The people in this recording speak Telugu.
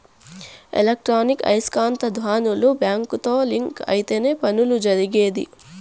ఎలక్ట్రానిక్ ఐస్కాంత ధ్వనులు బ్యాంకుతో లింక్ అయితేనే పనులు జరిగేది